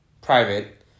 private